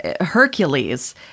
hercules